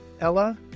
ella